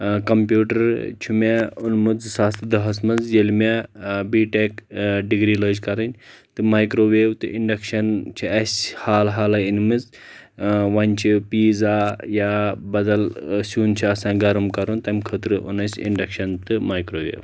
computer چھُ مےٚ اوٚنمُت زٕ ساس دہس منٛز ییٚلہِ مےٚ بی ٹیٚک ڈگری لاج کرٕنۍ تہٕ مایکرٛو ویو تہٕ انڈکشن چھِ اسہِ حال حالے أنمٕژ وۄنۍ چھِ پیزا یا بدل سیُن چھِ آسان گرم کَرُن تمہِ خٲطرٕ اوٚن اَسہِ انڈکشن تہٕ مایکرٛو ویو